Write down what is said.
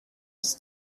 its